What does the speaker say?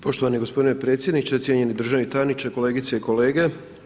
Poštovani gospodine predsjedniče, cijenjeni državni tajniče, kolegice i kolege.